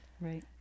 Right